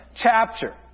chapter